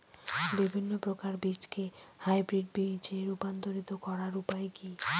বিভিন্ন প্রকার বীজকে হাইব্রিড বীজ এ রূপান্তরিত করার উপায় কি?